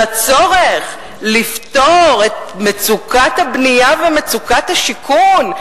הצורך לפתור את מצוקת הבנייה ומצוקת השיכון,